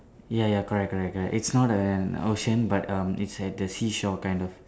ya ya correct correct correct its not an ocean but um is at the seashore kind of